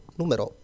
numero